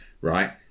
right